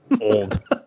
Old